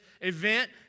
event